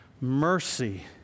Mercy